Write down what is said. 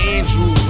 Andrew